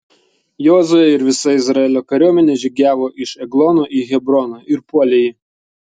jozuė ir visa izraelio kariuomenė žygiavo iš eglono į hebroną ir puolė jį